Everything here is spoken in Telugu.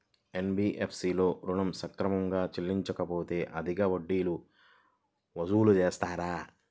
ఎన్.బీ.ఎఫ్.సి లలో ఋణం సక్రమంగా చెల్లించలేకపోతె అధిక వడ్డీలు వసూలు చేస్తారా?